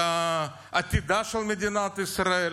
על עתידה של מדינת ישראל?